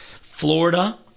Florida